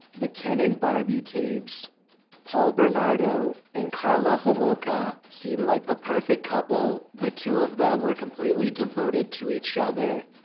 the ken and barbie tapes paul bernardo and karla homolka seemed like the perfect couple. the two of them were completely devoted to each other.